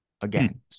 Again